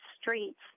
streets